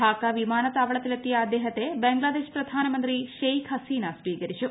ധാക്ക വിമാനത്താവളത്തിലെത്തിയ അദ്ദേഹത്തെ ബംഗ്ലാദേശ് പ്രധാനമന്ത്രി ഷെയ്ഖ് ഹസീന സ്വീകരിച്ചു